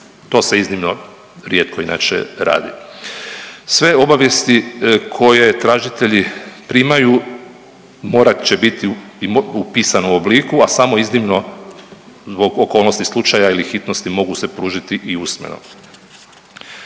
To se iznimno rijetko inače radi. Sve obavijesti koje tražitelji primaju morat će biti u pisanom obliku, a samo iznimno zbog okolnosti slučaja ili hitnosti mogu se pružiti i usmeno.